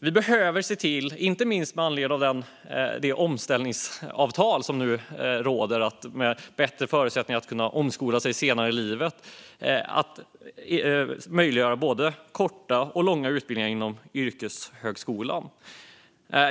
Vi behöver se till, inte minst med anledning av det omställningsavtal som nu råder med bättre förutsättningar att kunna omskola sig senare i livet, att möjliggöra både korta och långa utbildningar inom yrkeshögskolan.